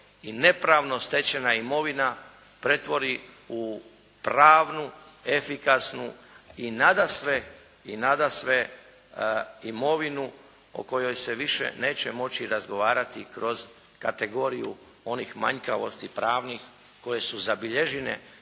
i nepravno stečena imovina pretvori u pravnu efikasnu i nadasve imovinu o kojoj se više neće moći razgovarati kroz kategoriju onih manjkavosti pravnih koje su zabilježene